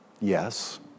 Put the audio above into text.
yes